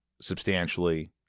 substantially